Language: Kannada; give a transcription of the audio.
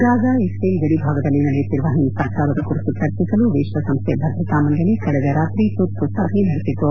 ಗಾಜಾ ಇಕ್ರೇಲ್ ಗಡಿ ಭಾಗದಲ್ಲಿ ನಡೆಯುತ್ತಿರುವ ಹಿಂಸಾಚಾರದ ಕುರಿತು ಚರ್ಚಿಸಲು ವಿಶ್ವಸಂಸ್ಥೆ ಭದ್ರತಾ ಮಂಡಳಿ ಕಳೆದ ರಾತ್ರಿ ತುರ್ತು ಸಭೆ ನಡೆಸಿತು